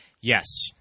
Yes